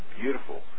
beautiful